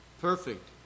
Perfect